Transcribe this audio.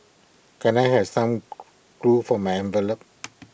can I have some glue for my envelopes